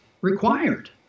required